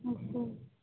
ਠੀਕ ਹੈ